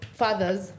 fathers